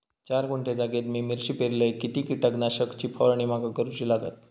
चार गुंठे जागेत मी मिरची पेरलय किती कीटक नाशक ची फवारणी माका करूची लागात?